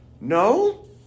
No